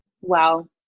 Wow